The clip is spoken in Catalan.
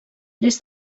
des